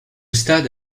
stade